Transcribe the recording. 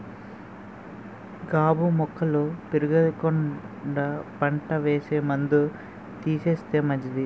గాబు మొక్కలు పెరగకుండా పంట వేసే ముందు తీసేస్తే మంచిది